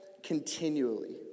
continually